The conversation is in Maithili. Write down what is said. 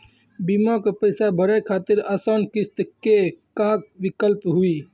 बीमा के पैसा भरे खातिर आसान किस्त के का विकल्प हुई?